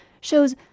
shows